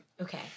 Okay